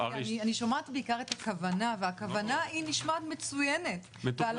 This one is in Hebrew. אני שומעת בעיקר את הכוונה והכוונה נשמעת מצוינת ועל